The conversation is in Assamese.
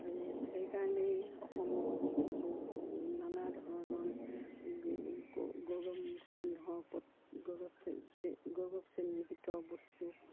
আৰু সেইকাৰণেই অসমত নানা ধৰণৰ গি গৌৰৱ চিহ্ন পত গৌৰৱ গৌৰৱ চিহ্নিত বস্তু